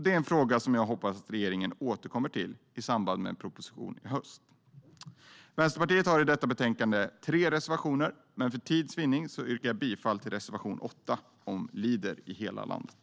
Det är en fråga som jag hoppas att regeringen återkommer till i samband med en proposition i höst. Vänsterpartiet har i detta betänkande tre reservationer, men för tids vinnande yrkar jag bifall endast till reservation 8 om Leadermetoden i hela landet.